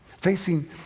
Facing